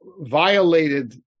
violated